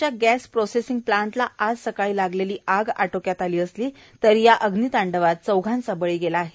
च्या gas processing प्लांटला आज सकाळी लागलेली आग आटोक्यात आली असली तरी या अग्नितांडवात चौघांचा बळी गेला आहे